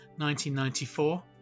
1994